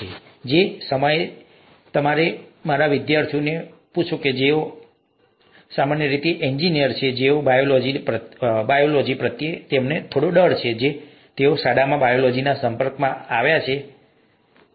તે જ સમયે જો તમે મારા વિદ્યાર્થીઓને પૂછો જેઓ સામાન્ય રીતે એન્જિનિયર છે તો તેઓને બાયોલોજી પ્રત્યે ડર છે કારણ કે તેઓ શાળામાં બાયોલોજીના સંપર્કમાં આવ્યા છે બીજું કંઈ નથી